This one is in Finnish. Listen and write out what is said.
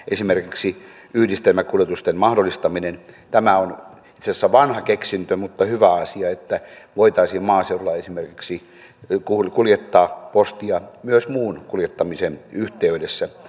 esimerkiksi yhdistelmäkuljetusten mahdollistaminen on itse asiassa vanha keksintö mutta on hyvä asia että voitaisiin maaseudulla esimerkiksi kuljettaa postia myös muun kuljettamisen yhteydessä